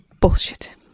Bullshit